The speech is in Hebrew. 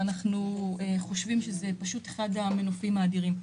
אנחנו חושבים שזה אחד המנופים האדירים.